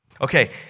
okay